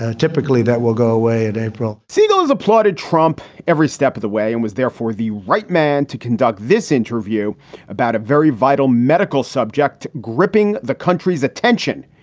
ah typically, that will go away at april siegel is applauded trump every step of the way and was therefore the right man to conduct this interview about a very vital medical subject gripping the country's attention,